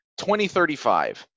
2035